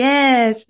Yes